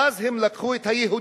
ואז הם לקחו את היהודים,